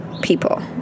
people